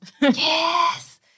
Yes